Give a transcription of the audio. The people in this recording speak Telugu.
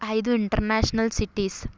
ఐదు ఇంటర్నేషనల్ సిటీస్